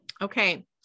Okay